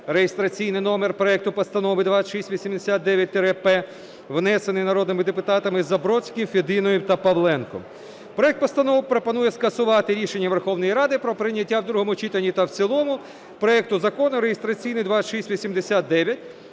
реєстраційний номер проекту Постанови 2689-П, внесений народними депутатами Забродським, Фединою та Павленком. Проект постанови пропонує скасувати рішення Верховної Ради про прийняття в другому читанні та в цілому проекту Закону реєстраційний 2689,